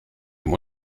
dem